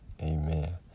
amen